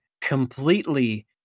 completely